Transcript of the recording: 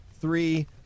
three